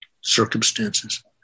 circumstances